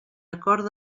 acord